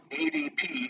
adp